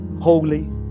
Holy